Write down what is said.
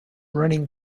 running